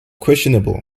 questionable